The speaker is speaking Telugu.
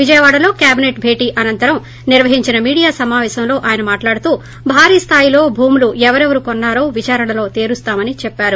విజయవాడలో కేబిసెట్ భేట్ అనంతరం నిర్వహించిన మీడియా సమాపేశంలో ఆయన మాట్లాడుతూ భారీస్లాయిలో భూములు ఎవరెవరు కొన్నారో విచారణలో తేలుస్తామని చెప్పారు